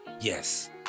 yes